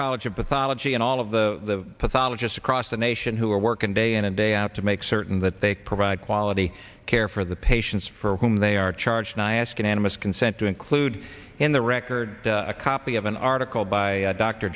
college of pathology and all of the pathologist across the nation who are working day in and day out to make certain that they provide quality care for the patients for whom they are charged and i ask unanimous consent to include in the record a copy of an article by